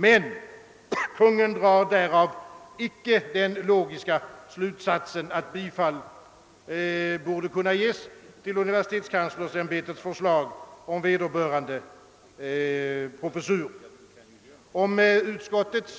Men Kungl. Maj:t drar därav inte den logiska slutsatsen, att bifall borde kunna ges till universitetskanslersämbetets förslag beträffande denna professur. Om utskottets